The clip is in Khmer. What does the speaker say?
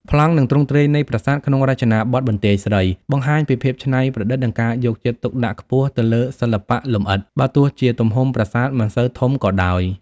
ប្លង់ និងទ្រង់ទ្រាយនៃប្រាសាទក្នុងរចនាបថបន្ទាយស្រី បង្ហាញពីភាពច្នៃប្រឌិត និងការយកចិត្តទុកដាក់ខ្ពស់ទៅលើសិល្បៈលម្អិត បើទោះជាទំហំប្រាសាទមិនសូវធំក៏ដោយ។